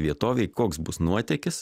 vietovei koks bus nuotykis